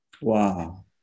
Wow